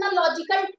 logical